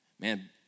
Man